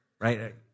Right